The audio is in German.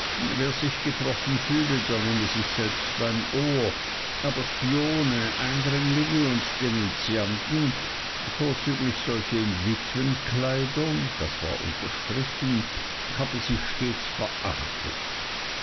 wer sich getroffen fühle der nehme sich selbst beim ohr aber spione eindringlinge und denunzianten vorzüglich solche in witwenkleidern das war unterstrichen habe sie stets verachtet